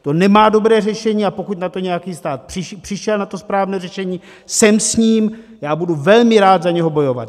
To nemá dobré řešení, a pokud nějaký stát přišel na to správné řešení, sem s ním, já budu velmi rád za něj bojovat!